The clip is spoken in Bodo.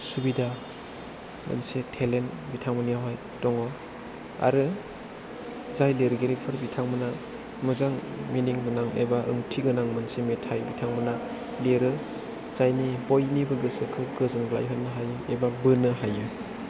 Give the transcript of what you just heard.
सुबिदा मोनसे टेलेन्ट बिथांमोननियावहाय दङ आरो जाय लिरगिरिफोर बिथांमोना मोजां मिनिं गोनां एबा ओंथि गोनां मोनसे मेथाय बिथांमोना लिरो जायनि बयनिबो गोसोखौ गोजोनलाय होनो हायो एबा बोनो हायो